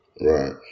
right